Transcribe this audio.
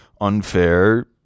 unfair